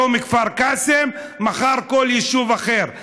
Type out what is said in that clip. היום כפר קאסם, מחר בכל יישוב אחר.